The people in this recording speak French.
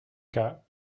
cas